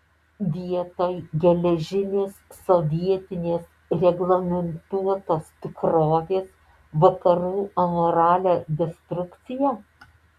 vietoj geležinės sovietinės reglamentuotos tikrovės vakarų amoralią destrukciją